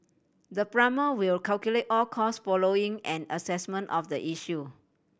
the plumber will calculate all cost following an assessment of the issue